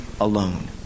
alone